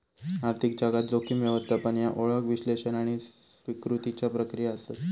आर्थिक जगात, जोखीम व्यवस्थापन ह्या ओळख, विश्लेषण आणि स्वीकृतीच्या प्रक्रिया आसत